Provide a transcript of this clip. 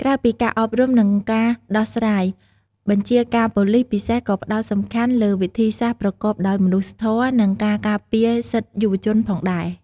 ក្រៅពីការអប់រំ និងការដោះស្រាយ បញ្ជាការប៉ូលិសពិសេសក៏ផ្តោតសំខាន់លើវិធីសាស្ត្រប្រកបដោយមនុស្សធម៌ និងការការពារសិទ្ធិយុវជនផងដែរ។